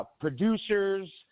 producers